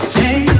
hey